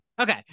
Okay